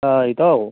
ꯏꯇꯥꯎ